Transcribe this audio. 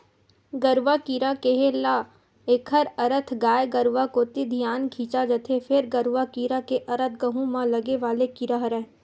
गरुआ कीरा केहे ल एखर अरथ गाय गरुवा कोती धियान खिंचा जथे, फेर गरूआ कीरा के अरथ गहूँ म लगे वाले कीरा हरय